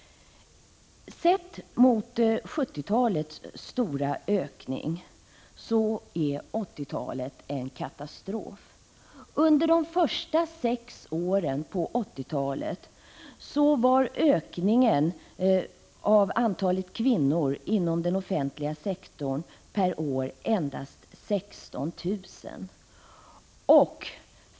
Sett mot 1970-talets stora ökning är 1980-talet en katastrof. Under de första sex åren på 1980-talet var ökningen av antalet kvinnor inom den offentliga sektorn per år endast 16 000.